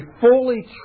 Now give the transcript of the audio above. fully